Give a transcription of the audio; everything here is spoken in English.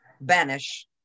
banish